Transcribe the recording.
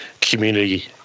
community